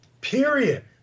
Period